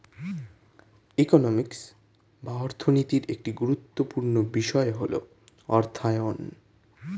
economics বা অর্থনীতির একটি গুরুত্বপূর্ণ বিষয় হল অর্থায়ন